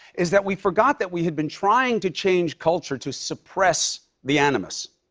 is that we forgot that we had been trying to change culture to suppress the animus,